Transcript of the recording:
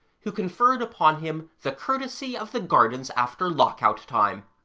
who conferred upon him the courtesy of the gardens after lock-out time,